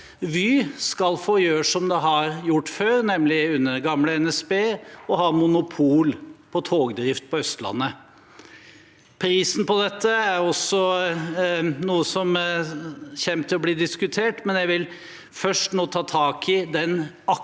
Vy skal få gjøre som de har gjort før, nærmere bestemt under gamle NSB, og ha monopol på togdrift på Østlandet. Prisen på dette er også noe som kommer til å bli diskutert, men jeg vil først ta tak i den aktive